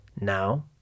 Now